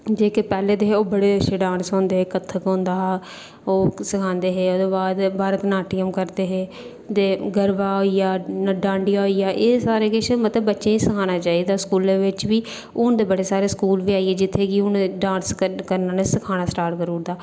ते जेह्के पैह्ले दे हे ओह् बड़ा अच्छे डांस होंदे हे कथक होंदा हा ते ओह् सखांदे हे ते ओह्दे बाद भरतनाट्यम करदे हे ते गरबा होई गेआ डांडिया होई गेआ ते एह् मतलब सारा किश सखाना चाहिदा बच्चें गी स्कूलें बिच बी हून ते बड़े सारे स्कूल बी आइये जित्थै कि हून डांस करने आह्ले ते सखाने आह्ले स्टार्ट करी ओड़दा